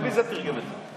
מישהו בטלוויזיה תרגם את זה.